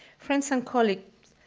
friends and colleagues,